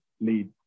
lead